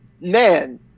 man